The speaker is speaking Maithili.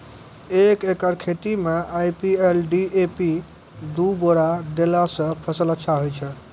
एक एकरऽ खेती मे आई.पी.एल डी.ए.पी दु बोरा देला से फ़सल अच्छा होय छै?